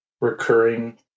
recurring